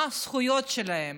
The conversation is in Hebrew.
מה הזכויות שלהם?